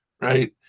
right